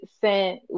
sent